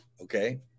Okay